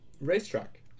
racetrack